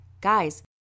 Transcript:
guys